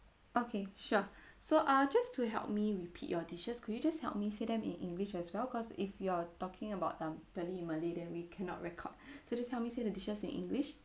okay sure so uh just to help me repeat your dishes could you just help me say them in english as well cause if you're talking about um be~ in malay then we cannot record so just help me say the dishes in english